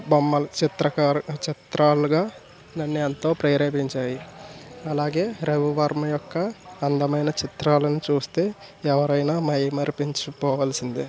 బొమ్మలు చిత్రకారు చిత్రాలుగా నన్ను ఎంతో ప్రేరేపించాయి అలాగే రవివర్మ యొక్క అందమైన చిత్రాలను చూస్తే ఎవరైనా మైమరచిపించి పోవాల్సిందే